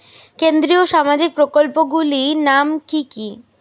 কেন্দ্রীয় সামাজিক প্রকল্পগুলি নাম কি কি?